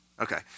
okay